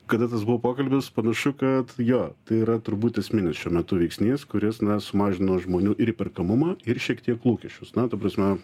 kada tas buvo pokalbis panašu kad jo tai yra turbūt esminis šiuo metu veiksnys kuris na sumažino žmonių ir įperkamumą ir šiek tiek lūkesčius na ta prasme